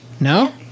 No